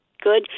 good